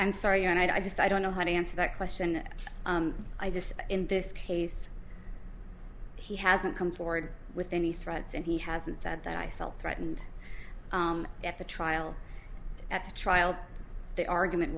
i'm sorry and i just i don't know how to answer that question i just in this case he hasn't come forward with any threats and he hasn't said that i felt threatened at the trial at the trial the argument